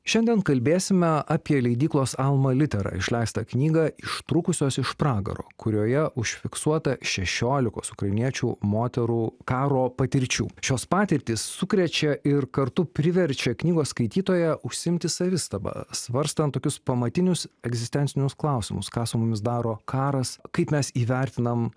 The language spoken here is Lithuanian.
šiandien kalbėsime apie leidyklos alma litera išleistą knygą ištrūkusios iš pragaro kurioje užfiksuota šešiolikos ukrainiečių moterų karo patirčių šios patirtys sukrečia ir kartu priverčia knygos skaitytoją užsiimti savistaba svarstant tokius pamatinius egzistencinius klausimus ką su mumis daro karas kaip mes įvertinam